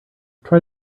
try